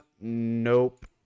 nope